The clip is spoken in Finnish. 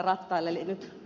eli nyt ed